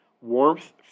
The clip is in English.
Warmth